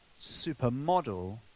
supermodel